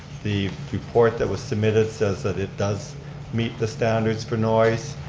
the report that was submitted says that it does meet the standards for noise.